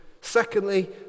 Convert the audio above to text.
Secondly